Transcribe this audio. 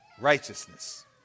righteousness